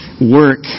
work